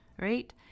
right